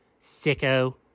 Sicko